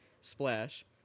Splash